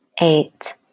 eight